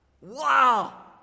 Wow